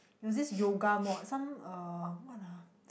there was this yoga mod some uh what ah